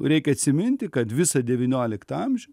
reikia atsiminti kad visą devynioliktą amžių